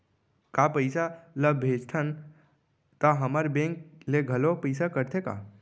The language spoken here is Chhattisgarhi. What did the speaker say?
का पइसा ला भेजथन त हमर बैंक ले घलो पइसा कटथे का?